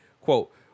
Quote